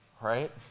right